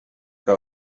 que